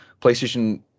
PlayStation